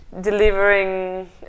delivering